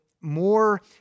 more